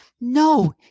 No